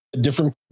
different